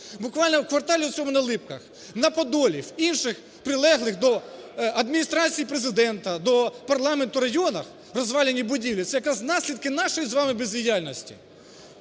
буквально в кварталі в цьому на Липках, на Подолі, в інших прилеглих до Адміністрації Президента, до парламенту районах розвалені будівлі – це якраз наслідки нашої з вами бездіяльності.